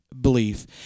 belief